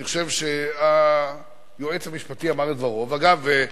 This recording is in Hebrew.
אני חושב שהיועץ המשפטי אמר את דברו, ואגב,